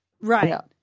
Right